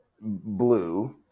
Blue